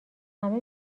همه